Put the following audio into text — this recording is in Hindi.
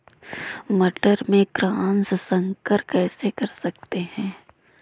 मटर में क्रॉस संकर कैसे कर सकते हैं?